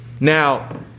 now